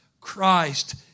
Christ